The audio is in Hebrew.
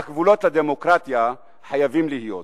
אך גבולות לדמוקרטיה חייבים להיות.